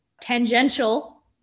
tangential